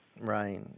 Right